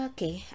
Okay